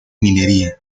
minería